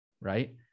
right